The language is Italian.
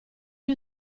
gli